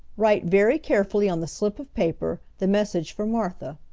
write very carefully on the slip of paper the message for martha.